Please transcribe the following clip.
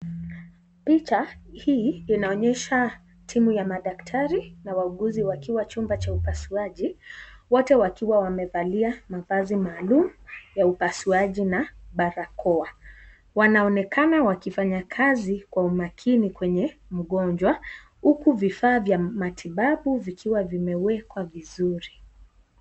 Picha hii inaonyesha timu ya madaktari na wauguzi wakiwa chumba cha upasuaji, wote wakiwa wamevalia mavazi maalum ya upasuaji na barakoa. Wanaonekana wakifanya kazi kwa umakini kwenye mgonjwa, huku vifaa vya matibabu vikiwa vimewekwa vizuri.